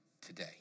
today